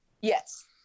yes